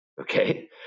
okay